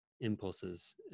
impulses